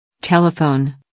Telephone